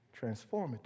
transformative